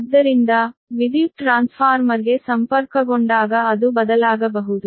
ಆದ್ದರಿಂದ ವಿದ್ಯುತ್ ಟ್ರಾನ್ಸ್ಫಾರ್ಮರ್ಗೆ ಸಂಪರ್ಕಗೊಂಡಾಗ ಅದು ಬದಲಾಗಬಹುದು